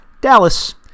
Dallas